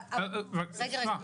אני מייצגת פה